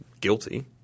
guilty